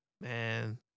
Man